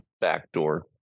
backdoor